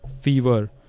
fever